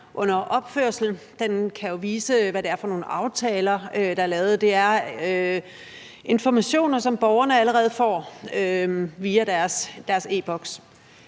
under opførelse. Det kan jo vise, hvad det er for nogle aftaler, der er lavet. Det er informationer, som borgerne allerede får via deres e-Boks.